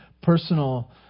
personal